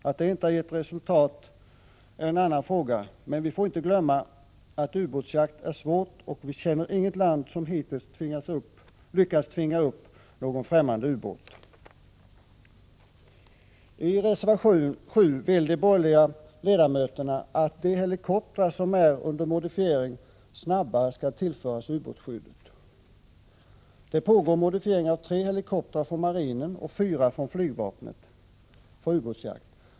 Att det inte har givit resultat är en annan fråga, men vi får inte glömma att ubåtsjakt är någonting svårt, och vi känner inget land som hittills lyckats tvinga upp någon främmande ubåt. I reservation 7 vill de borgerliga ledamöterna att de helikoptrar som är under modifiering snabbare skall tillföras ubåtsskyddet. Det pågår modifiering av tre helikoptrar från marinen och fyra från flygvapnet för ubåtsjakt.